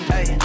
Hey